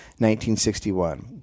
1961